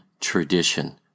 tradition